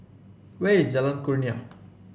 where is Jalan Kurnia